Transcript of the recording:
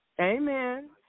Amen